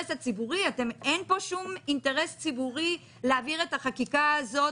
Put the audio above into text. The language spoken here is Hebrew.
אין פה שום אינטרס ציבורי להעביר את החקיקה הזאת,